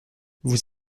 vous